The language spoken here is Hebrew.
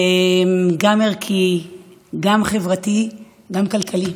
גם ערכית, גם חברתית, גם כלכלית.